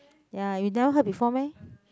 ya you never heard before meh